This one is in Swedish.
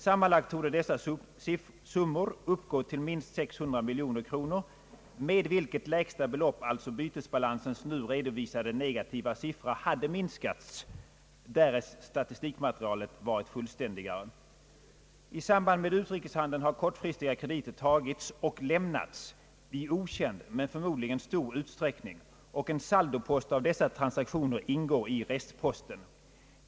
Sammanlagt torde dessa summor uppgå till minst 600 miljoner kronor, med vilket lägsta belopp alltså bytesbalan sens nu redovisade negativa siffra hade minskats, därest statistikmaterialet varit fullständigare. I samband med utrikeshandeln har kortfristiga krediter tagits och lämnats i okänd, men förmodligen stor utsträckning, och en saldopost av dessa transaktioner ingår i restposten.